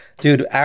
Dude